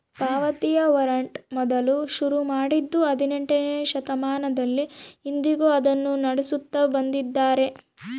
ಪಾವತಿಯ ವಾರಂಟ್ ಮೊದಲು ಶುರು ಮಾಡಿದ್ದೂ ಹದಿನೆಂಟನೆಯ ಶತಮಾನದಲ್ಲಿ, ಇಂದಿಗೂ ಅದನ್ನು ನಡೆಸುತ್ತ ಬಂದಿದ್ದಾರೆ